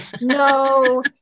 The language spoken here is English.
No